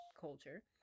culture